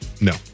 no